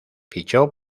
fichó